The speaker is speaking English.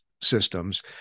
systems